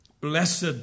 Blessed